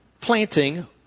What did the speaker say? planting